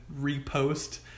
repost